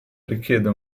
richiede